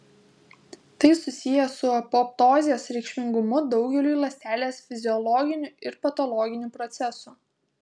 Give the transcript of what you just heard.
tai susiję su apoptozės reikšmingumu daugeliui ląstelės fiziologinių ir patologinių procesų